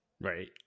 Right